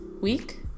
week